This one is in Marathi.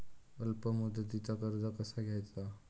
अल्प मुदतीचा कर्ज कसा घ्यायचा?